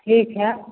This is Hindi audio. ठीक है